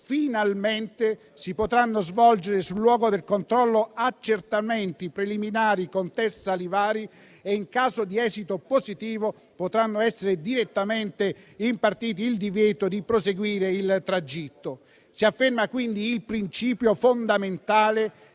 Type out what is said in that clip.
Finalmente si potranno svolgere sul luogo del controllo accertamenti preliminari con test salivari e, in caso di esito positivo, potrà essere direttamente impartito il divieto di proseguire il tragitto. Si afferma quindi il principio fondamentale